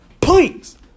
Please